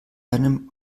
einem